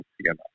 together